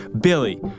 Billy